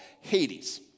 Hades